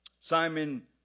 Simon